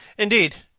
indeed,